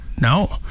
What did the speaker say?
No